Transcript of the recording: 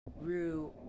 Rue